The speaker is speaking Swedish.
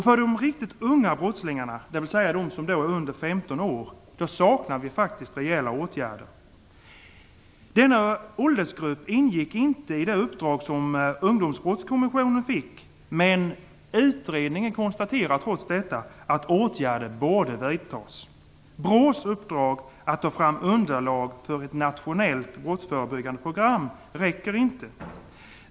För de riktigt unga brottslingarna, dvs. dem som är under 15 år, saknar vi faktiskt rejäla åtgärder. Denna åldersgrupp ingick inte i det uppdrag som Ungdomsbrottskommissionen fick, men utredningen konstaterar trots detta att åtgärder borde vidtas. BRÅ:s uppdrag att ta fram underlag för ett nationellt brottsförebyggande program räcker inte.